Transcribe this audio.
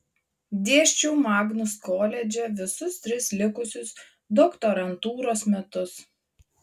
dėsčiau magnus koledže visus tris likusius doktorantūros metus